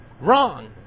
Wrong